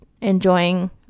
enjoying